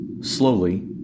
Slowly